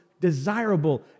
desirable